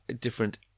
different